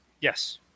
Yes